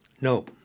No